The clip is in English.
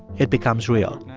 it becomes real.